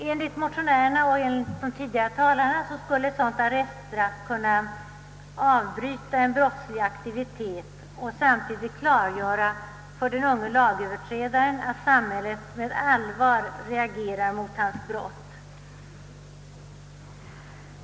Enligt motionärerna och de tidigare talarna skulle ett sådant arreststraff kunna avbryta en brottslig aktivitet och samtidigt klargöra för den unge lagöverträdaren att samhället med allvar reagerar mot hans brott.